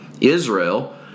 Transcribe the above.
Israel